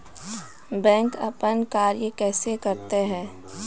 Bank अपन कार्य कैसे करते है?